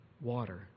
water